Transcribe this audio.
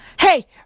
Hey